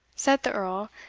said the earl,